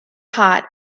hot